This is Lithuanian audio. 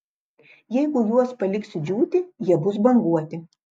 jeigu juos paliksiu džiūti jie bus banguoti